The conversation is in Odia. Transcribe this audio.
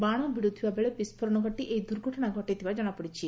ବାଶ ଭିଡୁଥିବାବେଳେ ବିସ୍କୋରଣ ଘଟି ଏହି ଦୁର୍ଘଟଣା ଘଟିଥିବା ଜଣାପଡ଼ିଛି